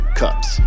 cups